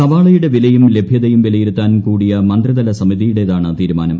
സവാളയുടെ വിലയും ലഭ്യതയും വിലയിരുത്താൻ കൂടിയ മന്ത്രിതല സമിതിയുടേതാണ് തീരുമാനം